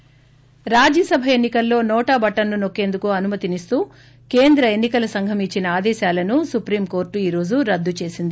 ి స్టాసభ ఎన్ని కల్లో నోటా బటన్ను నొక్కేందుకు అనుమతి ఇస్తూ కేంద్ర ఎన్ని కల సంఘం ఇచ్చిన ఆదేశాలను సుప్రీం కోర్టు ఈ రోజు రద్దు చేసింది